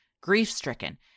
Grief-stricken